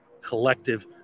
collective